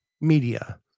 media